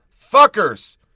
fuckers